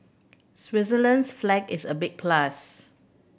Switzerland's flag is a big plus